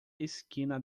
esquina